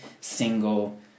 single